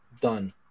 Done